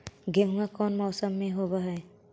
गेहूमा कौन मौसम में होब है?